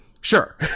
Sure